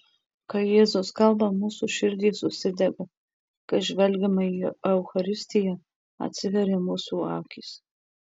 kai jėzus kalba mūsų širdys užsidega kai žvelgiame į eucharistiją atsiveria mūsų akys